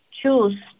choose